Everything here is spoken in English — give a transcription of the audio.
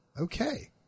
Okay